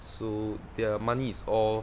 so their money is all